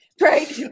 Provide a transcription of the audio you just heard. right